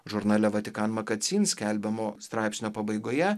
žurnale vatikan magacin skelbiamo straipsnio pabaigoje